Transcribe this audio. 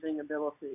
ability